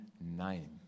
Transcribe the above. name